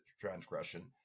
transgression